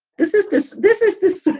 this is this. this is this.